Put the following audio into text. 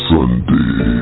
Sunday